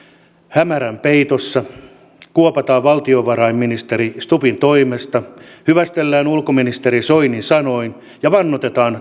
hämärän peitossa kuopattiin valtiovarainministeri stubbin toimesta hyvästellään ulkoministeri soinin sanoin ja vannotetaan